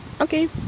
okay